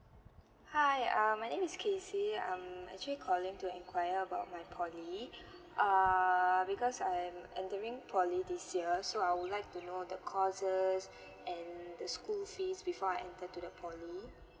hi um my name is kesy I'm actually calling to enquire about my poly err because I'm entering poly this year so I would like to know the courses and the school fees before I enter to the poly